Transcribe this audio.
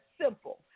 simple